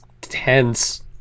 tense